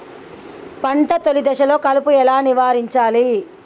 పంట తొలి దశలో కలుపు ఎలా నివారించాలి?